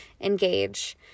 engage